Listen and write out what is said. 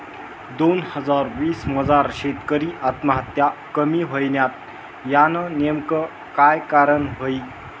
दोन हजार वीस मजार शेतकरी आत्महत्या कमी व्हयन्यात, यानं नेमकं काय कारण व्हयी?